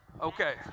okay